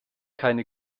keine